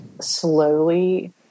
slowly